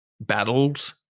battles